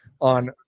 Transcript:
on